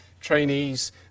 trainees